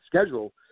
schedule